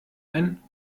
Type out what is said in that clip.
ein